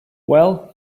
well